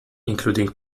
including